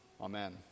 amen